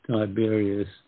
Tiberius